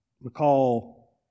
recall